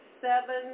Seven